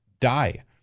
Die